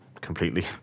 completely